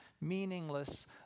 meaningless